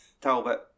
Talbot